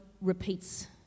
repeats